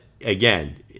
again